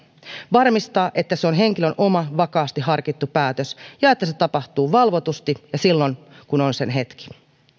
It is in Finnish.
varmistaa että se on henkilön oma vakaasti harkittu päätös ja että se tapahtuu valvotusti ja silloin kun on sen hetki